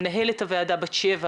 למנהלת הוועדה בת שבע